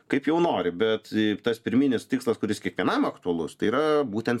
kaip jau nori bet tas pirminis tikslas kuris kiekvienam aktualus tai yra būtent